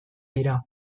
dira